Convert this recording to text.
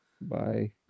Bye